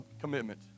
commitment